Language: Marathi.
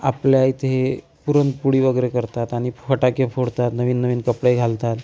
आपल्या इथे पुरणपोळी वगैरे करतात आणि फटाके फोडतात नवीन नवीन कपडे घालतात